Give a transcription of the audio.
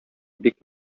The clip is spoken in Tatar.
бик